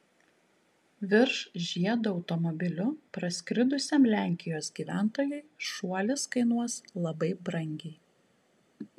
virš žiedo automobiliu praskridusiam lenkijos gyventojui šuolis kainuos labai brangiai